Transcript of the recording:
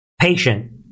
patient